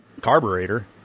carburetor